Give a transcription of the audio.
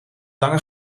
lange